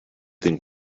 think